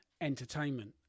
entertainment